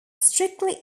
strictly